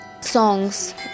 songs